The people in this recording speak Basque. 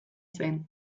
zen